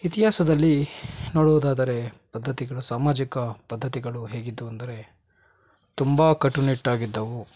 ಇತಿಹಾಸದಲ್ಲಿ ನೋಡುವುದಾದರೆ ಪದ್ದತಿಗಳು ಸಾಮಾಜಿಕ ಪದ್ದತಿಗಳು ಹೇಗಿದ್ದವು ಅಂದರೆ ತುಂಬ ಕಟ್ಟುನಿಟ್ಟಾಗಿದ್ದವು